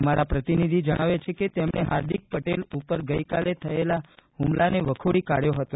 અમારા પ્રતિનિધિ જણાવે છે કે તેમણે હાર્દિક પટેલ ઉપર ગઈકાલે થયેલા હમલાને વખોડી કાઢથો હતો